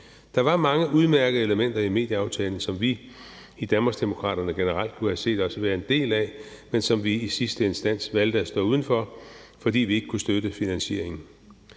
Der var mange udmærkede elementer i medieaftalen, som vi i Danmarksdemokraterne generelt kunne have set os være en del af, men som vi i sidste instans valgte at stå uden for, fordi vi ikke kunne støtte finansieringen.